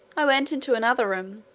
i went into another room,